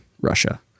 Russia